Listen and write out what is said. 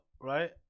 right